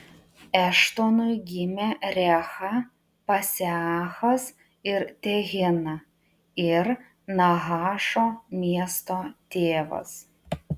eštonui gimė recha paseachas ir tehina ir nahašo miesto tėvas